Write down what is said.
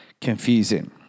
confusing